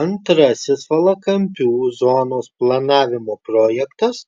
antrasis valakampių zonos planavimo projektas